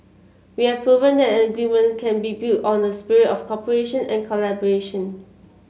we have proven that an agreement can be built on a spirit of cooperation and collaboration